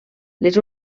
les